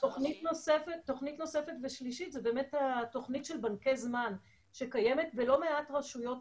תוכנית נוספת ושלישית זו התוכנית של בנקי זמן שקיימת בלא מעט רשויות,